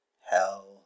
Hell